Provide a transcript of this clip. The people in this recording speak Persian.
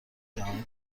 جهانی